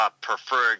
preferred